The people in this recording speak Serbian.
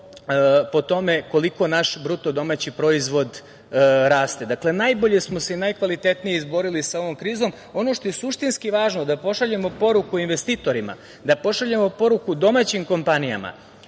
po tome koliko naš BDP raste. Dakle, najbolje smo se i najkvalitetnije izborili sa ovom krizom. Ono što je suštinski važno, da pošaljemo poruku investitorima, da pošaljemo poruku domaćim kompanijama